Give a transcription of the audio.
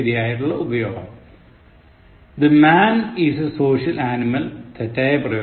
The man is a social animal തെറ്റായ പ്രയോഗം